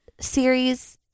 series